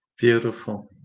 Beautiful